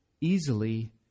easily